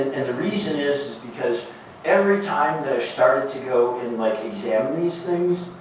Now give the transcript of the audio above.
and the reason is because every time that i started to go and like examine these things,